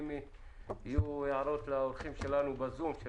נשמע אם יהיו הערות לאורחים שלנו בזום או